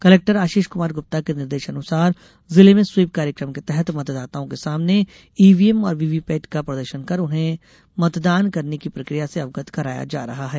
collector Ashish Kumar Gupta के निर्देशानुसार जिले में स्वीप कार्यक्रम के तहत मतदाताओं के सामने ईवीएम और वीवीपैट का प्रदर्शन कर उन्हें मतदान करने की प्रक्रिया से अवगत कराया जा रहा है